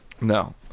No